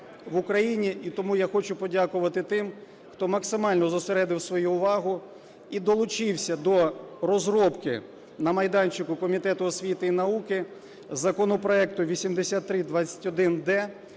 І тому я хочу подякувати тим, хто максимально зосередив свою увагу і долучився до розробки на майданчику Комітету освіти і науки законопроекту 8321-д,